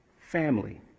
family